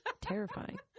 terrifying